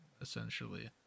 essentially